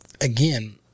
again